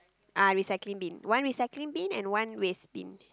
ah recycling bin one recycling bin and one waste bin